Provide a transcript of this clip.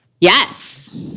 yes